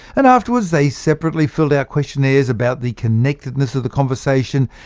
and afterwards, they separately filled out questionnaires about the connectedness of the conversation,